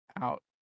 out